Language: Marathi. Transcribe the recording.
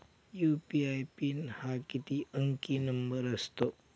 यू.पी.आय पिन हा किती अंकी नंबर असतो?